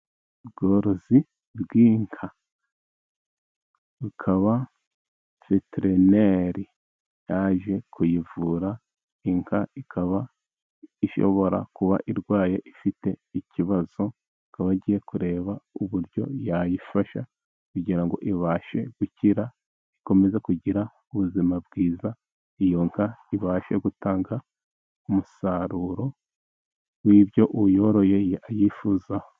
Ubworozi bw'inka. Akaba veterineri yaje kuyivura. Inka ikaba ishobora kuba irwaye, ifite ikibazo. Akaba agiye kureba uburyo yayifasha, kugira ngo ibashe gukira ikomeza kugira ubuzima bwiza, iyo nka ibashe gutanga umusaruro w'ibyo uyoroye ayifuzaho.